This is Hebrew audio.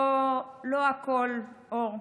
לא הכול אור.